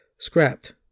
scrapped